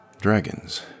Dragons